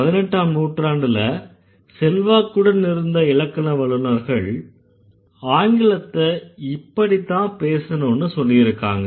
18ஆம் நூற்றாண்டுல செல்வாக்குடன் இருந்த இலக்கண வல்லுநர்கள் ஆங்கிலத்தை இப்படித்தான் பேசனும்னு சொல்லியிருக்காங்க